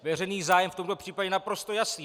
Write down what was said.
Veřejný zájem je v tomto případě naprosto jasný.